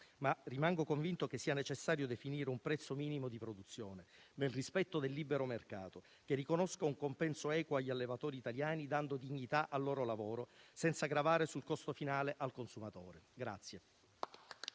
Ma rimango convinto che sia necessario definire un prezzo minimo di produzione, nel rispetto del libero mercato, che riconosca un compenso equo agli allevatori italiani, dando dignità al loro lavoro e senza gravare sul costo finale al consumatore.